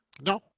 no